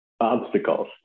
obstacles